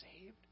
saved